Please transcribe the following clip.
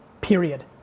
period